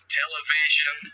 television